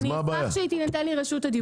אז אני אשמח שתינתן לי רשות הדיבור.